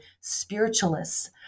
spiritualists